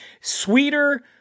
sweeter